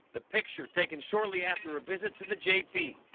the picture taken shortly after a visit to the j b.